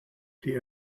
die